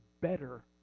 better